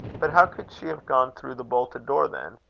but how could she have gone through the bolted door then?